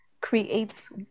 creates